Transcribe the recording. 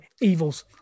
Evils